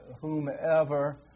whomever